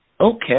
Okay